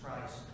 Christ